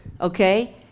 okay